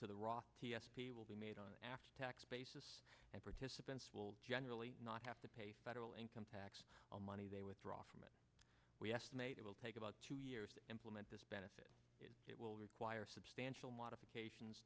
to the raw t s p will be made on an after tax basis and participants will generally not have to pay federal income tax on money they withdraw from it we estimate it will take about two years to implement this benefit it will require substantial modifications